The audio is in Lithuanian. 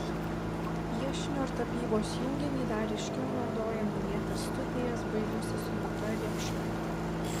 piešinio ir tapybos junginį dar ryškiau naudoja minėtas studijas baigusi sonata riepšaitė